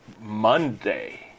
Monday